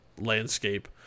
landscape